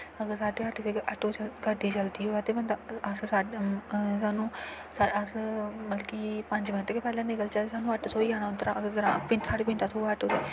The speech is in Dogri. अगर साढे अट्ठ बजे गड्डी चलदी होऐ ते बंदा अस सानूं अस मतलब कि पंज मिंट गै पैह्लें निकलचै ते सानूं आटो थ्होई जाना उद्धरा दा अगर साढ़े पिंड दा थ्होऐ आटो ते